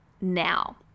now